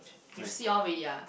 you siao already ah